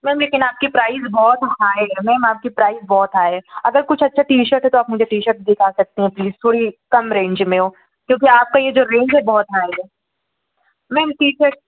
ma'am लेकिन आपका price बहुत हाई है मैम आपके प्राइज़ बहुत हाई हैं अगर कुछ अच्छा टी शर्ट है तो आप मुझे टी शर्ट दिखा सकते हैं प्लीज़ थोड़ी कम रेंज में हों क्योंकि आपका ये जो रेंज है बहुत हाई है मैम टी शर्ट